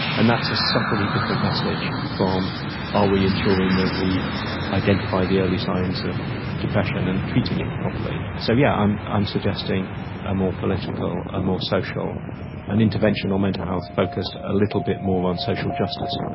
and that's a subtly different message from are we ensuring that we identify the early signs of depression and treating it properly. so yeah yes, i'm suggesting a more political, a more social and interventional mental health, focused a little bit more on social justice.